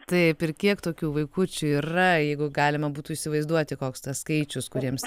taip ir kiek tokių vaikučių yra jeigu galima būtų įsivaizduoti koks tas skaičius kuriems